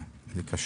כן, זה קשור.